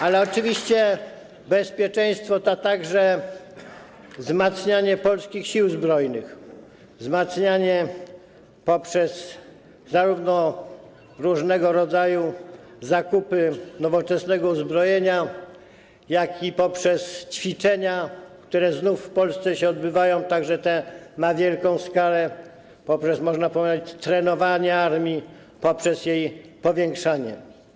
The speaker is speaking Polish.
Ale oczywiście bezpieczeństwo to także wzmacnianie polskich Sił Zbrojnych, wzmacnianie zarówno poprzez różnego rodzaju zakupy nowoczesnego uzbrojenia, jak i poprzez ćwiczenia, które znów w Polsce się odbywają, także te na wielką skalę, poprzez, można powiedzieć, trenowanie armii, poprzez jej powiększanie.